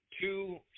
two